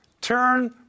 turn